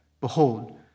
Behold